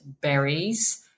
berries